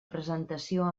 presentació